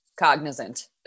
cognizant